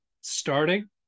starting